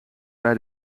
bij